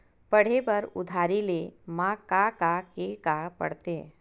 पढ़े बर उधारी ले मा का का के का पढ़ते?